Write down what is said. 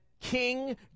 King